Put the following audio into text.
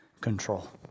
control